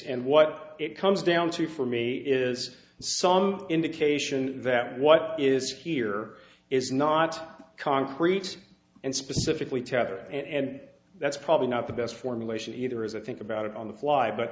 and what it comes down to for me is some indication that what is here is not concrete and specifically tethered and that's probably not the best formulation either as i think about it on the fly but